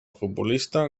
futbolista